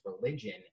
religion